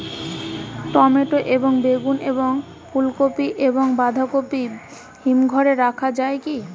Tomato এবং বেগুন এবং ফুলকপি এবং বাঁধাকপি হিমঘরে রাখা যায় কি?